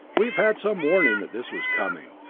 we have had some warning that this was coming.